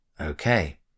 Okay